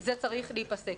זה צריך להיפסק.